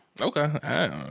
Okay